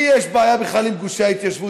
למי יש בעיה בכלל עם גושי ההתיישבות?